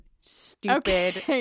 Stupid